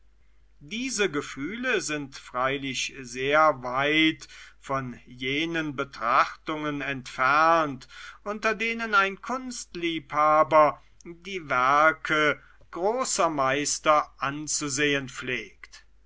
diese gefühle sind freilich sehr weit von jenen betrachtungen entfernt unter denen ein kunstliebhaber die werke großer meister anzusehen pflegt